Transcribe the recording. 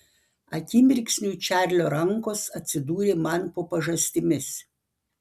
akimirksniu čarlio rankos atsidūrė man po pažastimis